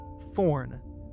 Thorn